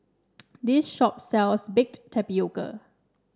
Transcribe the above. this shop sells Baked Tapioca